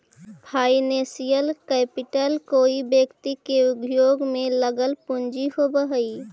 financial capital कोई व्यक्ति के उद्योग में लगल पूंजी होवऽ हई